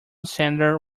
center